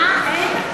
אה, אין?